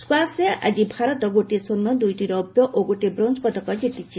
ସ୍କାସ୍ରେ ଆଜି ଭାରତ ଗୋଟିଏ ସ୍ୱର୍ଣ୍ଣ ଦୁଇଟି ରୌପ୍ୟ ଓ ଗୋଟିଏ ବ୍ରୋଞ୍ଜପଦକ ଜିତିଛି